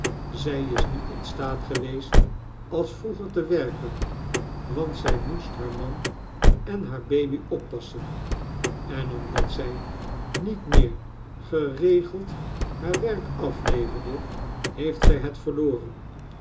zij is niet in staat geweest als vroeger te werken want zij moest haar man en haar baby oppassen en omdat zij niet meer geregeld haar werk afleverde heeft zij het verloren